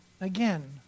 Again